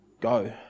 Go